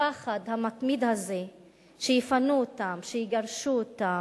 הפחד המתמיד הזה שיפנו אותם, שיגרשו אותם,